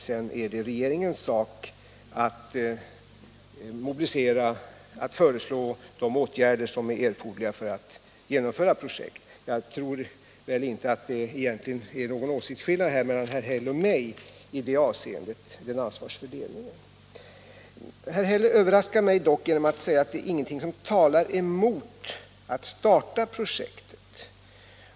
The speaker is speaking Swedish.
Sedan är det regeringens sak att föreslå de åtgärder som är erforderliga för att genomföra projekt. Jag tror väl egentligen inte att det är någon åsiktsskillnad mellan herr Häll och mig i fråga om denna ansvarsfördelning. Herr Häll överraskade mig genom att säga att ingenting talar emot att starta projektet.